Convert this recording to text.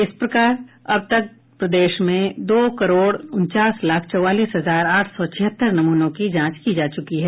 इस प्रकार अब तक प्रदेश में दो करोड़ उनचास लाख चौवालीस हजार आठ सौ छिहत्तर नमूनों की जांच की जा चुकी है